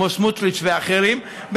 כמו סמוטריץ ואחרים.